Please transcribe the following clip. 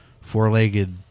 four-legged